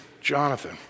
Jonathan